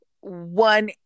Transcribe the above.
one